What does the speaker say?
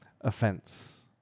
offense